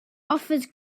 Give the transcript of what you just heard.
offers